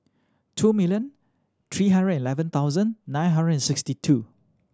two million three hundred eleven thoudsand nine hundred and sixty two